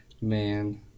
Man